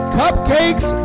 cupcakes